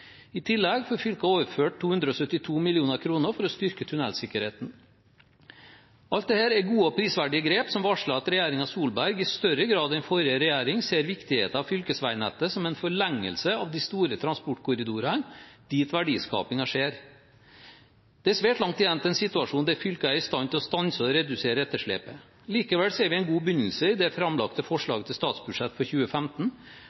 I tillegg får fylkene overført 272 mill. kr for å styrke tunnelsikkerheten. Alt dette er gode og prisverdige grep som varsler at regjeringen Solberg i større grad enn forrige regjering ser viktigheten av fylkesvegnettet som en forlengelse av de store transportkorridorene dit verdiskapingen skjer. Det er svært langt igjen til en situasjon der fylkene er i stand til å stanse og redusere etterslepet. Likevel ser vi en god begynnelse i det framlagte